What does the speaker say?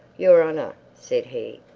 your honor, said he,